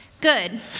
Good